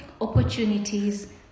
opportunities